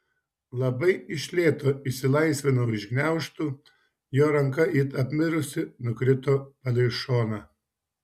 labai iš lėto išsilaisvinau iš gniaužtų jo ranka it apmirusi nukrito palei šoną